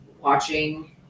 watching